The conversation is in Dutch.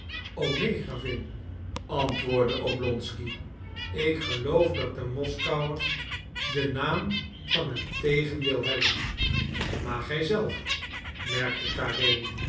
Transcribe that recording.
o neen gravin antwoordde oblonsky ik geloof dat de moskouers den naam van het tegendeel hebben maar gij zelf merkte